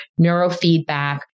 neurofeedback